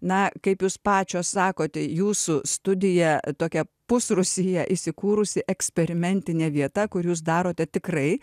na kaip jūs pačios sakote jūsų studija tokia pusrūsyje įsikūrusi eksperimentinė vieta kur jūs darote tikrai